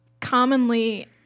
commonly